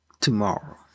tomorrow